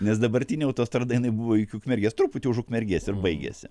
nes dabartinė autostrada jinai buvo iki ukmergės truputį už ukmergės ir baigėsi